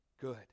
good